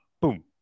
boom